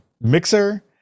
mixer